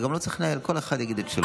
גם לא צריך לנהל, כל אחד יגיד את שלו.